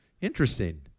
Interesting